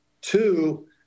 Two